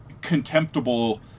contemptible